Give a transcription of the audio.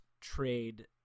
trade